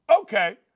Okay